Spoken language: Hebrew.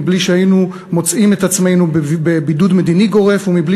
מבלי שהיינו מוצאים את עצמנו בבידוד מדיני גורף ומבלי